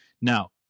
Now